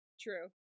True